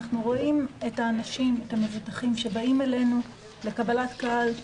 אנחנו רואים את המבוטחים שבאים אלינו לקבלת קהל,